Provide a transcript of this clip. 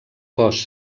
cos